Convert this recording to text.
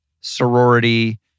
sorority